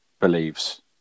believes